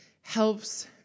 helps